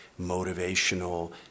motivational